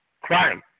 crime